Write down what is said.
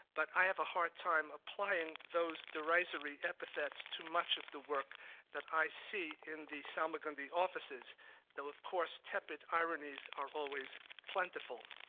but i have a hard time applying those derisory epithets to much of the work that i see in the salmagundi offices though, of course, tepid ironies are always plentiful.